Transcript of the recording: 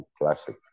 classic